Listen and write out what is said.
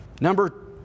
Number